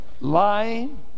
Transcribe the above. Lying